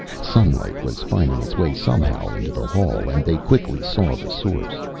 sunlight was finding its way somehow into the hall, and they quickly saw the source.